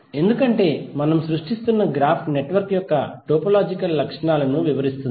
ఎందుకంటే మనం సృష్టిస్తున్న గ్రాఫ్ నెట్వర్క్ యొక్క టోపోలాజికల్ లక్షణాలను వివరిస్తుంది